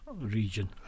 region